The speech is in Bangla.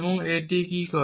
এবং এটি কী করে